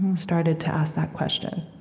started to ask that question